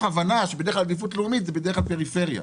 הבנה שעדיפות לאומית זה בדרך כלל פריפריה.